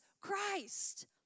Christ